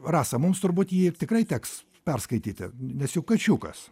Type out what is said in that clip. rasa mums turbūt jį tikrai teks perskaityti nes juk kačiukas